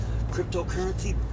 cryptocurrency